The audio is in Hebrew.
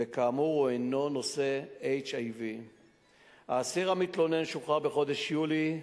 וכאמור הוא אינו נושא HIV. האסיר המתלונן שוחרר בחודש יולי,